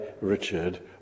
Richard